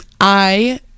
I-